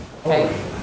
okay